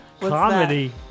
Comedy